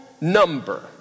number